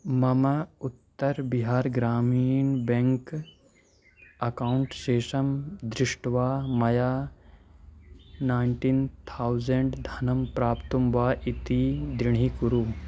मम Uttar Bihar Gramin bank account शेषं दृष्ट्वा मया नैन्टीन् थौसण्ड् धनं प्राप्तं वा इति दृढीकुरु